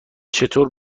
چطور